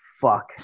fuck